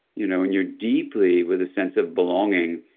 you know and you're deeply with a sense of belonging,